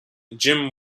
jim